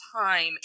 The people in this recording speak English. time